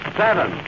seven